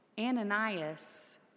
Ananias